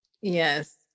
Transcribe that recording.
Yes